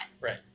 Right